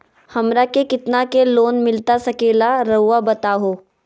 हमरा के कितना के लोन मिलता सके ला रायुआ बताहो?